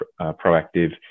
proactive